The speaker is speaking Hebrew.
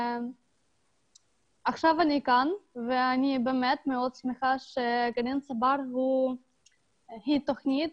עכשיו אני כאן ואני מאוד שמחה שגרעין "צבר" הוא תוכנית